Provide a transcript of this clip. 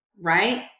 right